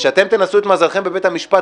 שאתם תנסו את מזלכם בבית המשפט,